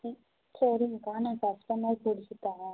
ம் சரிங்கக்கா நான் கஸ்டமர் பிடிச்சி தரேன்